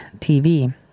TV